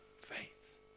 faith